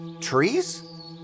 Trees